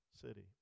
city